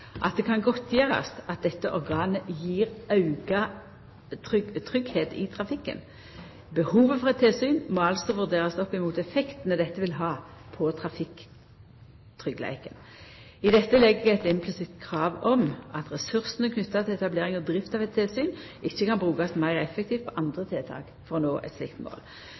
at det kan godtgjerast at dette organet gjev auka tryggleik i trafikken. Behovet for eit tilsyn må altså vurderast opp mot effektane dette vil ha på trafikktryggleiken. I dette legg eg eit implisitt krav om at ressursane knytte til etablering og drift av eit tilsyn ikkje kan brukast meir effektivt på andre tiltak for å nå eit slikt mål.